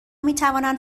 میتوانند